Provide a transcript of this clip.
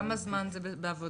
כמה זמן זה בעבודה?